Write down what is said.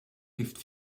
heeft